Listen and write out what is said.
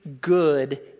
good